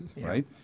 Right